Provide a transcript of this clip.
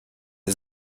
his